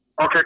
Okay